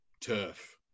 turf